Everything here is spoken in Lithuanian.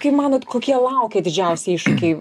kaip manot kokie laukia didžiausi iššūkiai